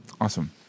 Awesome